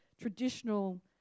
traditional